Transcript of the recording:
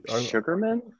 Sugarman